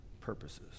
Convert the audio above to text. purposes